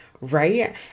right